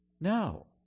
No